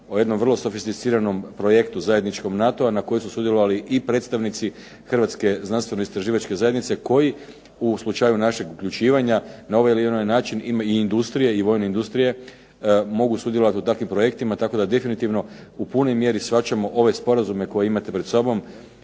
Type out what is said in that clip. o jednom vrlo sofisticiranom projektu NATO-a na kojoj su sudjelovali i predstavnici Hrvatske znanstveno istraživačke zajednice koji u slučaju našeg uključivanja na ovaj ili onaj način imaju i industrije i vojne industrije mogu sudjelovati na takvim projektima tako da definitivno u punoj mjeri shvaćamo ove sporazume koje imate pred sobom